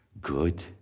good